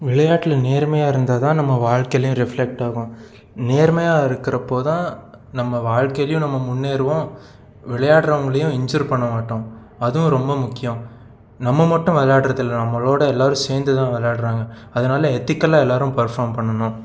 விளையாட்டில் நேர்மையக இருந்தால் தான் நம்ம வாழ்க்கையிலேயும் ரிஃப்ளெக்ட் ஆகும் நேர்மையாக இருக்கிறப்போ தான் நம்ம வாழ்க்கையிலேயும் நம்ம முன்னேறுவோம் விளையாடுறவங்களையும் இன்செல்ட் பண்ண மாட்டோம் அதுவும் ரொம்ப முக்கியம் நம்ம மட்டும் விளையாடுறது இல்லை நம்மளோடு எல்லாரும் சேர்ந்து தான் விளையாடுறாங்க அதனால எத்திக்கலாக எல்லாரும் பர்ஃபார்ம் பண்ணுனும்